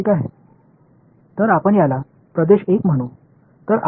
எனவே இந்த பிராந்தியத்தை 1 என்று அழைப்போம்